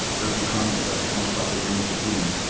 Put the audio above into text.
that become that becomes pathogenic to humans.